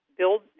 build